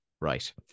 right